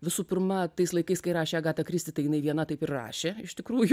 visų pirma tais laikais kai rašė agata kristi tai jinai viena taip ir rašė iš tikrųjų